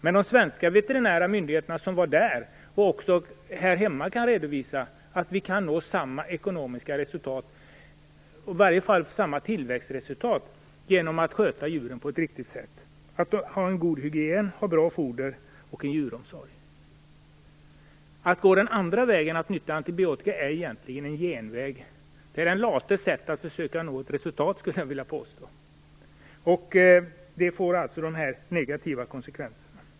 Men de svenska veterinära myndigheter som var där, liksom de här hemma, kan redovisa att vi kan nå samma ekonomiska resultat, i varje fall samma tillväxtresultat, genom att sköta djuren på ett riktigt sätt. Det innebär att ha god hygien, bra foder och djuromsorg. Att gå den andra vägen och nyttja antibiotika är egentligen en genväg. Jag skulle vilja påstå att det är den lates sätt att nå resultat, och det får alltså negativa konsekvenser.